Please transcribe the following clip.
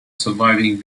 surviving